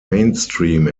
mainstream